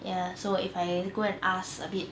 ya so if I go and ask a bit